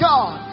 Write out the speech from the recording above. God